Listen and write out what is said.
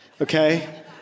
okay